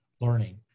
learning